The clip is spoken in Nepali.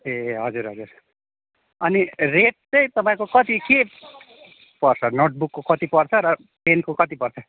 ए हजुर हजुर अनि रेट चाहिँ तपाईँको कति के पर्छ नोटबुकको कति पर्छ र पेनको कति पर्छ